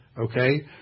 Okay